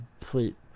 sleep